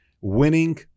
winning